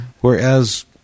whereas